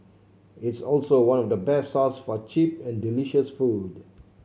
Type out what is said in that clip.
it's also one of the best source for cheap and delicious food